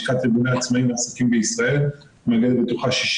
לשכת ארגוני העצמאיים והעסקים בישראל המאגדת בתוכה 60